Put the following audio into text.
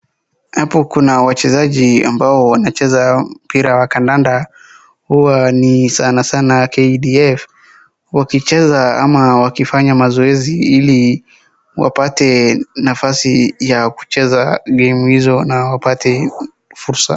Hapo kuna wachezaji ambao wanacheza mpira wa kandanda huwa ni sana sana KDF wakicheza ama wakifanya mazoezi ili wapate nafasi ya kucheza gamu hizo na wapate fursa.